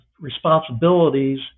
responsibilities